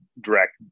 direct